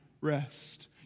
rest